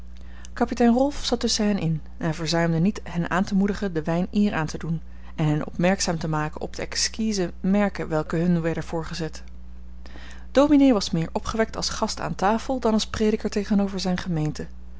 kapitein rolf zat tusschen hen in en verzuimde niet hen aan te moedigen den wijn eer aan te doen en hen opmerkzaam te maken op de exquise merken welke hun werden voorgezet dominé was meer opgewekt als gast aan tafel dan als prediker tegenover zijne gemeente